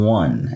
one